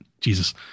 Jesus